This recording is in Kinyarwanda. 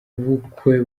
bukwe